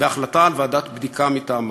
בהחלטה על ועדת בדיקה מטעמה.